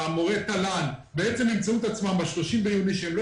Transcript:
מורי תל"ן ימצאו את עצמם ב-30 ביוני שהם לא